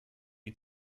die